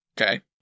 Okay